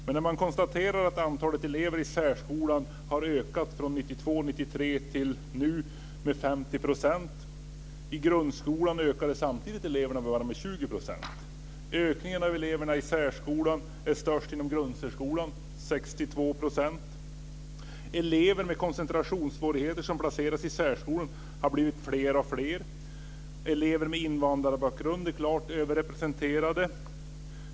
Men man konstaterar att antalet barn i särskolan från 1992 1993 till nu har ökat med 50 %. I grundskolan ökade samtidigt antalet elever med bara 20 %. Ökningen av eleverna i särskolan är störst inom grundsärskolan, 62 %. Elever med koncentrationssvårigheter som placeras i särskolan har blivit fler och fler. Elever med invandrarbakgrund är klart överrepresenterade.